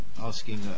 asking